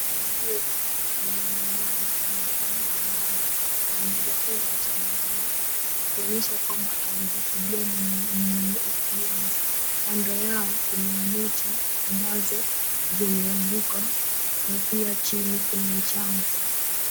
Mama huyu mwenye ameinama anakamua ng'ombe, mwenye haijafungwa hata miguu. Kuonyesha kuwa ni mwenye hawezi kimbia ni mwenye upendo. Kando yao, kuna miti ambazo zimeanguka na pia chini kuna mchanga.